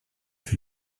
für